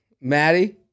Maddie